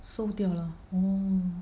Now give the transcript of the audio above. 收店 ah mm